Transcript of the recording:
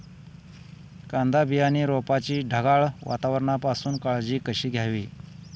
कांदा बियाणे रोपाची ढगाळ वातावरणापासून काळजी कशी घ्यावी?